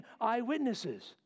eyewitnesses